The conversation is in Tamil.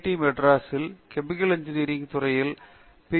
டி மெட்ராஸில் கெமிக்கல் இன்ஜினியரிங் துறையில் பி